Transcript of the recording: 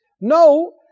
No